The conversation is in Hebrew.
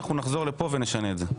נחזור לפה ונשנה את זה,